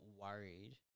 worried